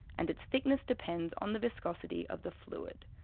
and its thickness depends on the viscosity of the fluid.